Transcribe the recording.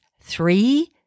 three